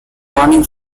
burning